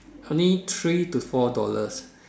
only three to four dollars